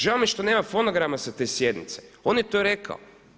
Žao mi je što nema fonograma sa te sjednice, on je to rekao.